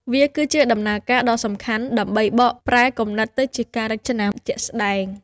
វាជាដំណើរការដ៏សំខាន់ដើម្បីបកប្រែគំនិតទៅជាការរចនាជាក់ស្តែង។